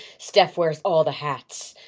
steph wears all the hats.